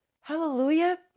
Hallelujah